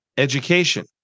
Education